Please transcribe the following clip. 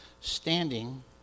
standing